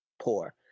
poor